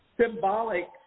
symbolic